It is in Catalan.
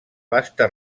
vasta